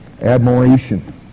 admiration